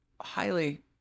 highly